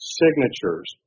signatures